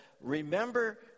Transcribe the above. remember